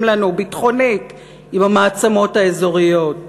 לנו ביטחונית עם המעצמות האזוריות,